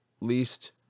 least